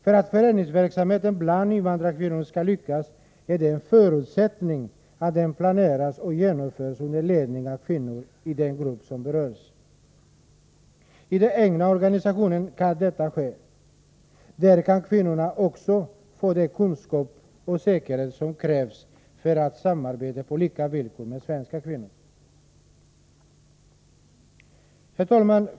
För att föreningsverksamheten bland invandrarkvinnor skall lyckas är det en förutsättning att den planeras och genomförs under ledning av kvinnor i den grupp som berörs. I den egna organisationen kan detta ske. Där kan kvinnorna också få den kunskap och säkerhet som krävs för ett samarbete på lika villkor med svenska kvinnor.